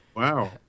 Wow